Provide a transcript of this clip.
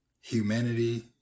Humanity